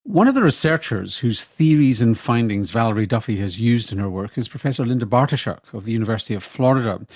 one of the researchers whose theories and findings valerie duffy has used in her work is professor linda bartoshuk of the university of florida,